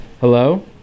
hello